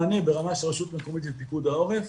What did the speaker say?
מענה ברמה של רשות מקומית ופיקוד העורף,